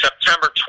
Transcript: September